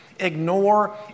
Ignore